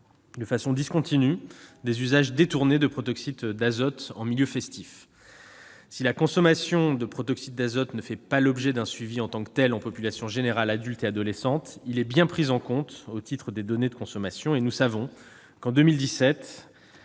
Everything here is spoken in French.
de façon discontinue des usages détournés de protoxyde d'azote en milieu festif. Si la consommation de protoxyde d'azote ne fait pas l'objet d'un suivi en tant que tel en population générale adulte et adolescente, elle est bien prise en compte au titre des données de consommations. En 2017,